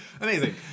Amazing